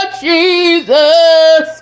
Jesus